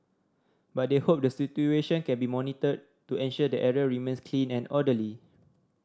but they hope the situation can be monitored to ensure the area remains clean and orderly